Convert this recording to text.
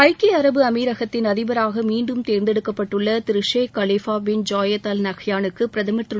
ஐக்கிய அரபு எமிரகத்தின் அதிபராக மீண்டும் தேர்ந்தெடுக்கப்பட்டுள்ள Sheikh Khalifa bin Zayed Al நஹ்யானுக்கு பிரதமர் திரு